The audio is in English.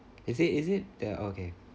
is it is it there okay